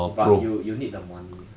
but you you need the money